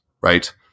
right